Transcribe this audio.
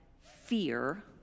fear